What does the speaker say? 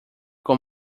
com